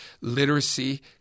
Literacy